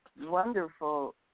wonderful